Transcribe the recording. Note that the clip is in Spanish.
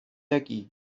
aquí